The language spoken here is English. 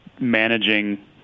managing